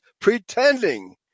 pretending